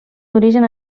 d’origen